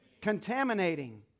contaminating